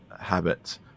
habits